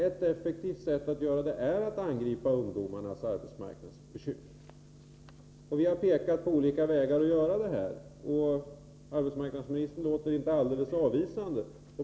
Ett effektivt sätt att göra det är att angripa ungdomarnas arbetsmarknadsbekymmer. Vi har pekat på olika vägar att göra det, och arbetsmarknadsministern låter inte alldeles avvisande.